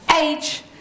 age